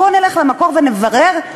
בואו נלך למקור ונברר עם